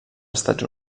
estats